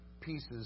pieces